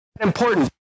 important